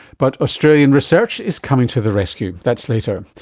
but australian research is coming to the rescue. that's later.